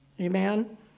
Amen